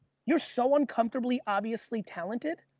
you're so uncomfortably obviously talented.